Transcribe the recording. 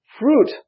fruit